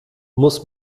muss